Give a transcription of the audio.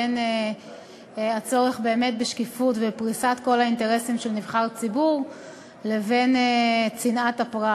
בין הצורך בשקיפות ופריסת כל האינטרסים של נבחר ציבור לבין צנעת הפרט.